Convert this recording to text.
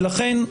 ולכן,